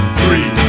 three